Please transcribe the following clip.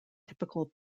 typical